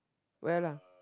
where lah